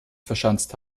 verschanzt